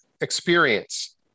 experience